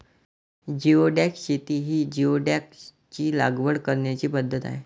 geoduck शेती ही जिओडॅकची लागवड करण्याची पद्धत आहे